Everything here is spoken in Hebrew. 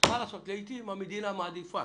אין מה לעשות, לעיתים המדינה מעדיפה